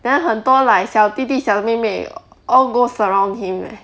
then 很多 like 小弟弟小妹妹 all go surround him leh